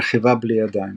רכיבה "בלי ידיים"